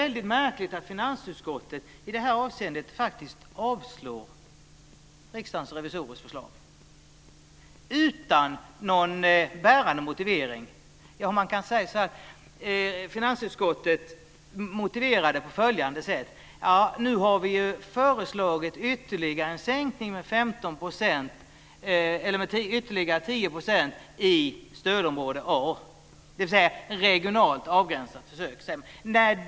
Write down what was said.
Det är märkligt att finansutskottet i det här avseendet faktiskt avstyrker förslaget från Riksdagens revisorer utan någon bärande motivering. Finansutskottet motiverar detta på följande sätt: Nu har utskottet föreslagit en sänkning med ytterligare 10 % i stödområde A, dvs. ett regionalt avgränsat försök.